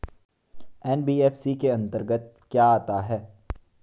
NBFC के अंतर्गत क्या आता है?